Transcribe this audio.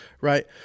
right